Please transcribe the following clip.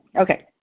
okay